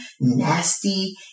nasty